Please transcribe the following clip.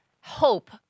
hope